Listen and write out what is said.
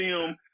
film